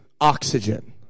oxygen